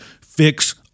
fix